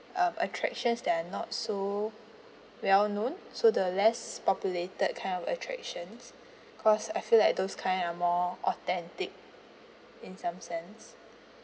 um attractions that are not so well known so the less populated kind of attractions because I feel like those kind are more authentic in some sense